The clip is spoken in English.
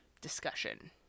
discussion